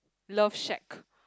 love shack